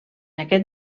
aquest